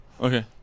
Okay